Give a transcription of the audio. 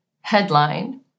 headline